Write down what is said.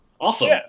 awesome